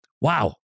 Wow